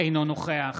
אינו נוכח